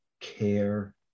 care